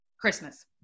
Christmas